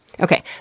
Okay